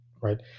right